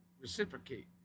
reciprocate